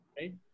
Right